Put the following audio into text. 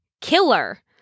killer